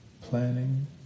planning